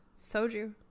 Soju